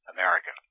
America